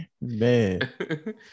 man